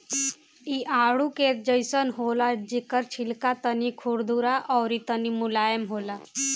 इ आडू के जइसन होला जेकर छिलका तनी खुरदुरा अउरी तनी मुलायम होला